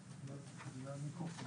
בארץ היא מפעילה את ינגו המוניות,